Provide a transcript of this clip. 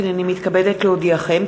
הנני מתכבדת להודיעכם,